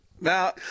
Now